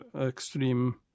extreme